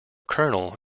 colonel